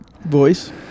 voice